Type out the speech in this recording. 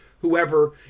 whoever